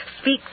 Speak